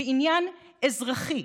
בעניין אזרחי,